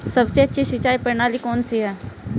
सबसे अच्छी सिंचाई प्रणाली कौन सी है?